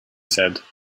said